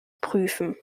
prüfen